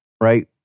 right